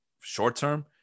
short-term